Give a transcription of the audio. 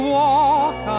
walk